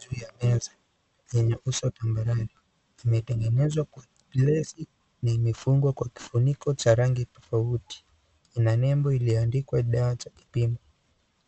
Juu ya meza yenye uso kambarai. Kimetengezwa kwa kio na imefungwa kwa kifuniko cha rangi tofauti. Lina nembo ilioandikwa dawa cha kipimo.